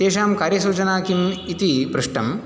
तेषां कार्यसूचना किम् इति पृष्टं